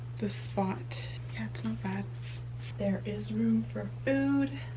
the spot that's not bad there is room for food